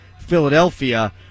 Philadelphia